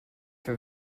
for